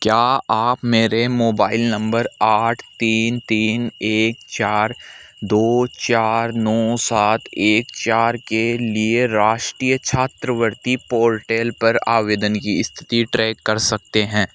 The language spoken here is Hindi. क्या आप मेरे मोबाइल नंबर आठ तीन तीन एक चार दो चार नौ सात एक चार के लिए राष्ट्रीय छात्रवृत्ति पोर्टल पर आवेदन की स्थिति ट्रैक कर सकते हैं